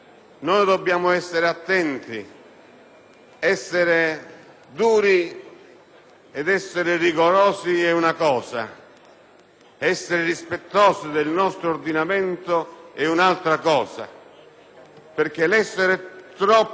essere duri e rigorosi è una cosa, essere rispettosi del nostro ordinamento è un'altra, perché essere troppo duri